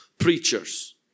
preachers